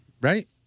Right